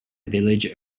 village